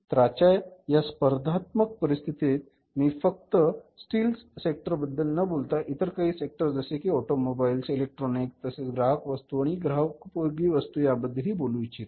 तर आजच्या या स्पर्धात्मक परिस्थितीत मी फक्त स्टील सेक्टर बद्दल न बोलता इतर काही सेक्टर जसे कि ऑटोमोबाइल्स इलेक्ट्रॉनिक्स तसेच ग्राहक वस्तू आणि ग्राहकोपयोगी वस्तू बद्दल हि बोलू इच्छितो